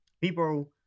people